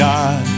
God